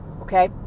Okay